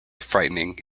frightening